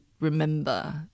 remember